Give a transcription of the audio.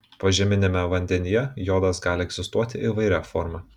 požeminiame vandenyje jodas gali egzistuoti įvairia forma